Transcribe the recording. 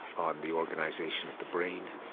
on the organisation of the brain.